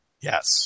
Yes